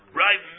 right